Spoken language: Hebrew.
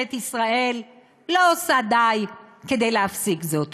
ממשלת ישראל לא עושה די להפסיק זאת.